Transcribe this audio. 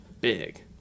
big